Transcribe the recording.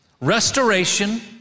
restoration